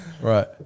right